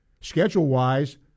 schedule-wise